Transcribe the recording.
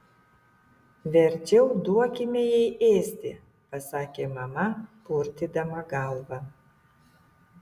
verčiau duokime jai ėsti pasakė mama purtydama galvą